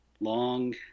long